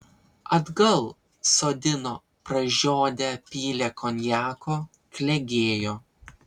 atgal sodino pražiodę pylė konjako klegėjo